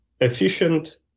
Efficient